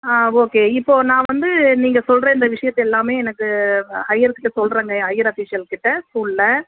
ஆ okay இப்போ நான் வந்து நீங்கள் சொல்லுற இந்த விஷயத்தை எல்லாமே எனக்கு ஹையர்கிட்ட சொல்லுறேங்க என் ஹையர் ஆஃபிஸியல் கிட்ட ஸ்கூலில்